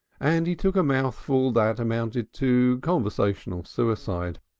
and he took a mouthful that amounted to conversational suicide.